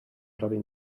prawie